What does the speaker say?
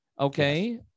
Okay